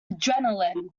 adrenaline